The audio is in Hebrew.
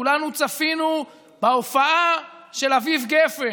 כולנו צפינו בהופעה של אביב גפן.